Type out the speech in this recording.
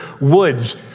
woods